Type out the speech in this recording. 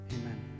Amen